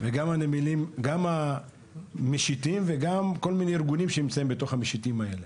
גם המשיטים וגם כל מיני ארגונים שנמצאים בתוך המשיטים האלה.